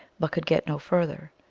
but could get no further.